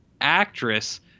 actress